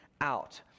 out